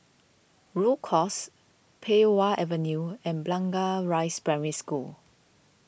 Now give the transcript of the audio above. Rhu Cross Pei Wah Avenue and Blangah Rise Primary School